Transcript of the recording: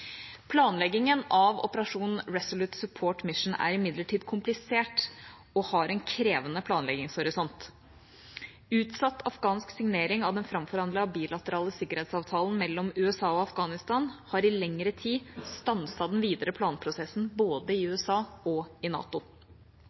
Planleggingen av operasjonen Resolute Support mission er imidlertid komplisert og har en krevende planleggingshorisont. Utsatt afghansk signering av den framforhandlede bilaterale sikkerhetsavtalen mellom USA og Afghanistan har i lengre tid stanset den videre planprosessen, i både USA og NATO.